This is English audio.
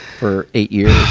for eight years.